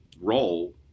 role